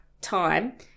time